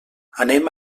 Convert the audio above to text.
anem